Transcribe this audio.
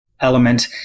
element